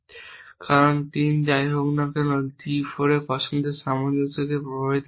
কারণ d 3 যাইহোক d 4 এর পছন্দের সামঞ্জস্যকে প্রভাবিত করছে না